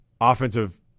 offensive